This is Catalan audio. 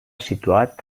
situat